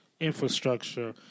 infrastructure